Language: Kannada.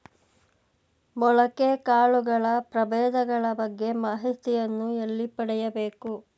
ಮೊಳಕೆ ಕಾಳುಗಳ ಪ್ರಭೇದಗಳ ಬಗ್ಗೆ ಮಾಹಿತಿಯನ್ನು ಎಲ್ಲಿ ಪಡೆಯಬೇಕು?